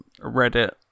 Reddit